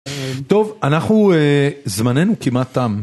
טוב, אנחנו זמננו כמעט תם